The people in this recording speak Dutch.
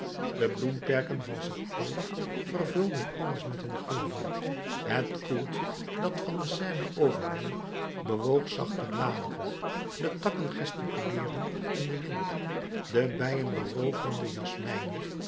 de bloemperken van saint cloud vervulden alles met hun geuren het koeltje dat van de seine overwoei bewoog zacht de bladeren de takken gesticuleerden in den wind de bijen beroofden de